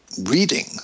reading